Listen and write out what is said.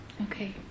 Okay